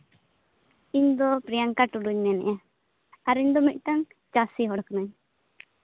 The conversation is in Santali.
ᱤᱧᱫᱚ ᱯᱨᱤᱭᱟᱝᱠᱟ ᱴᱩᱰᱩᱧ ᱢᱮᱱᱮᱫᱼᱟ ᱟᱨ ᱤᱧᱫᱚ ᱢᱤᱫᱴᱟᱱ ᱪᱟᱹᱥᱤ ᱦᱚᱲ ᱠᱟᱹᱱᱟᱹᱧ